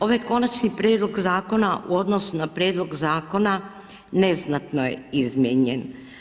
Ovaj konačni prijedlog zakona u odnosu na prijedlog zakona neznatno je izmijenjen.